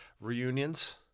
reunions